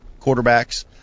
quarterbacks